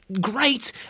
great